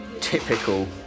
Typical